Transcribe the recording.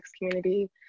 community